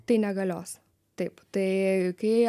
tai negalios taip tai kai